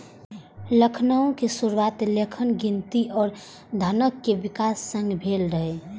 लेखांकनक शुरुआत लेखन, गिनती आ धनक विकास संग भेल रहै